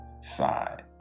side